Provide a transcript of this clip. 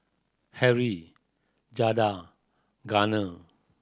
Harrie Jada Garner